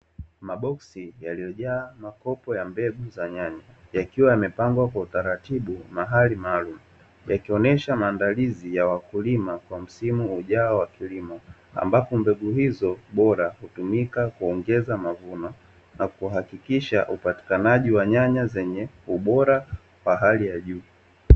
Maboksi yaliyojaa makopo ya mbegu za nyanya, yakiwa yamepangwa kwa utaratibu mahali maalumu, yakionyesha maandalizi ya wakulima kwa msimu ujao wa kilimo. Ambapo mbegu hizo bora hutumika kuongeza mavuno, na kuhakikisha upatikanaji wa nyanya zenye ubora wa hali ya juu.